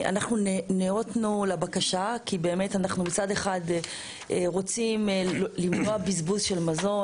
אנחנו נאותנו לבקשה כי אנחנו רוצים למנוע בזבוז של מזון,